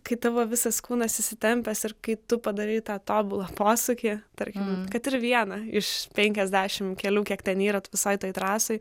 kai tavo visas kūnas įsitempęs ir kai tu padarei tą tobulą posakį tarkim kad ir vieną iš penkiasdešimt kelių kiek ten yra visoj toj trasoj